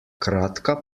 kratka